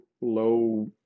low